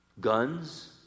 guns